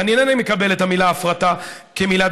ואני אינני מקבל את המילה "הפרטה" כמילת